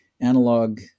analog